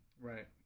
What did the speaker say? Right